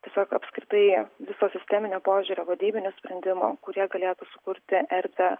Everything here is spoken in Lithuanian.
tiesiog apskritai viso sisteminio požiūrio vadybinių sprendimų kurie galėtų sukurti erdvę